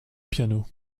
piano